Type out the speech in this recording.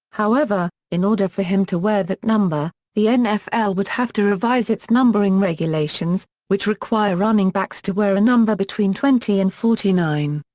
however, in order for him to wear that number, the nfl would have to revise its numbering regulations, which require running backs to wear a number between twenty and forty nine.